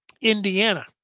Indiana